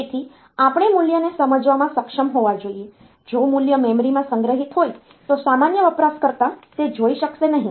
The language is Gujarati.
તેથી આપણે મૂલ્યને સમજવામાં સક્ષમ હોવા જોઈએ જો મૂલ્ય મેમરીમાં સંગ્રહિત હોય તો સામાન્ય વપરાશકર્તા તે જોઈ શકશે નહીં